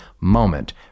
MOMENT